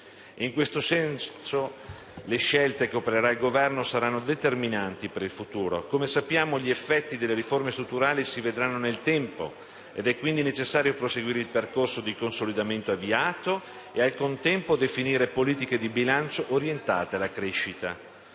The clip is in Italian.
In questo senso, le scelte che opererà il Governo saranno determinanti per il futuro. Come sappiamo, gli effetti delle riforme strutturali si vedranno nel tempo ed è quindi necessario proseguire il percorso di consolidamento avviato e al contempo definire politiche di bilancio orientate alla crescita.